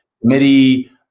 committee